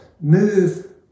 move